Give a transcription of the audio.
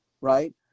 right